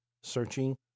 searching